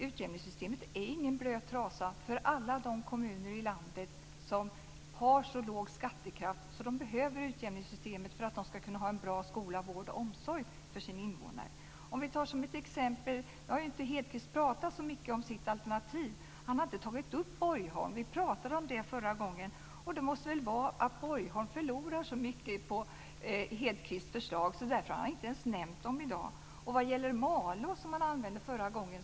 Utjämningssystemet är ingen blöt trasa för alla de kommuner i landet som har så låg skattekraft att de behöver utjämningssystemet för att de ska kunna ha en bra skola, vård och omsorg för sina invånare. Nu har Hedquist inte pratat så mycket om sitt alternativ. Han har inte tagit upp Borgholm. Vi pratade om det förra gången. Det måste vara att Borgholm förlorar så mycket på Hedquists förslag, så därför har han inte ens nämnt det i dag. Malå använde Hedquist som exempel förra gången.